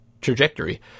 trajectory